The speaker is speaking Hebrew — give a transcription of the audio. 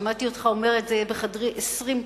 שמעתי אותך אומר את זה בחדרי עשרים פעם.